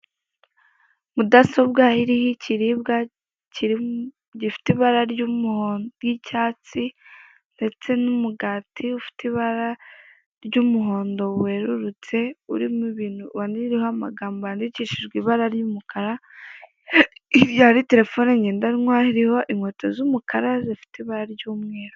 Icyapa kigizwe n'iabara ry'umuhondo cyerekana uburyo umuntu yishyura akoresheje terefone, cyatsitseho cyandikishijweho n'amabara y'umukara, agira ati:'' inshyura n amomo peyi. '' Ndetse haragaragara uburyo umuntu akanda ndetse na nimero ngo yishyure, hasi ha gitanga ubutumwa kigaragaza ko nt yandi mafaranga umuntu yishyura iyo akoresheje iyi serivise.